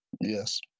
Yes